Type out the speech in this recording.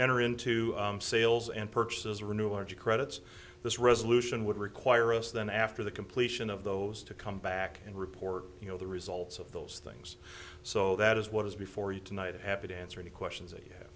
enter into sales and purchases renew our g credits this resolution would require us then after the completion of those to come back and report you know the results of those things so that is what is before you tonight happy to answer any questions tha